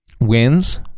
wins